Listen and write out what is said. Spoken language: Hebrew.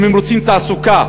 אם הם רוצים תעסוקה,